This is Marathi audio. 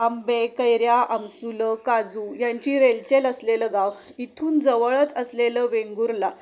आंबे कैऱ्या आमसुलं काजू यांची रेलचेल असलेलं गाव इथून जवळच असलेलं वेंगुर्ला